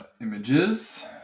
images